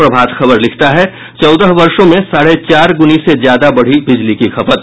प्रभात खबर लिखता है चौदह वर्षो में साढ़े चार गुनी से ज्यादा बढ़ी बिजली की खपत